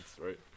right